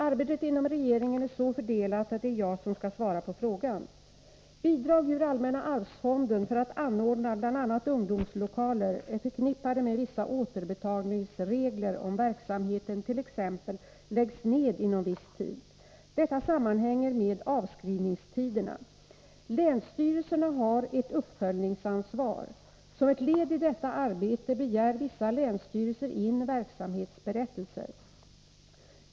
Arbetet inom regeringen är så fördelat att det är jag som skall svara på frågan. Bidrag ur allmänna arvsfonden för att anordna bl.a. ungdomslokaler är förknippade med vissa återbetalningsregler, om verksamheten t.ex. läggs ned inom viss tid. Detta sammanhänger med avskrivningstiderna. Länsstyrelserna har ett uppföljningsansvar. Som ett led i detta arbete begär vissa länsstyrelser in verksamhetsberättelser.